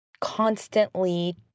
constantly